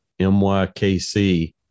MYKC